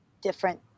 different